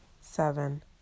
seven